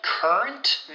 Current